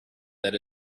that